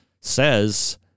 says